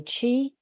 Chi